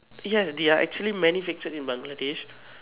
ya they are actually manufactured in Bangladesh